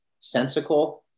sensical